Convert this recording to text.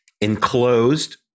enclosed